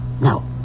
No